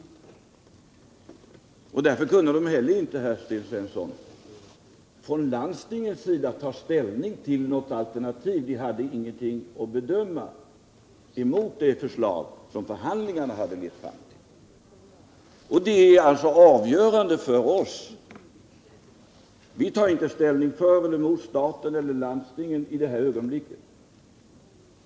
Därför kunde inte heller landstingen, herr Sten Svensson, ta ställning till något alternativ till det förslag som förhandlingarna hade lett fram till. Det fanns ju inget alternativ att bedöma. Detta har varit avgörande för oss. Vi tar inte ställning för eller emot staten eller landstingen i detta ögonblick.